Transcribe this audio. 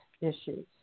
issues